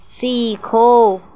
سیکھو